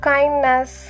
Kindness